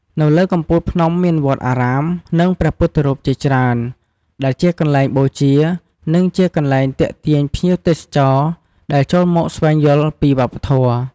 នៅលើកំពូលភ្នំមានវត្តអារាម និងព្រះពុទ្ធរូបជាច្រើន ដែលជាកន្លែងបូជា និងជាកន្លែងទាក់ទាញភ្ញៀវទេសចរដែលចូលមកស្វែងយល់ពីវប្បធម៌ ។